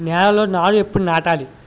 నేలలో నారు ఎప్పుడు నాటాలి?